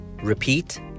Repeat